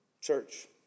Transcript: Church